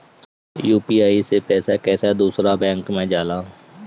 UPI से पैसा कैसे दूसरा बैंक मे जाला?